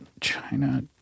China